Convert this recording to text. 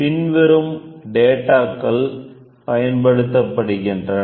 பின்வரும்டேட்டா க்கள் பயன்படுத்தப்படுகின்றன